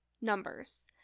numbers